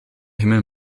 himmel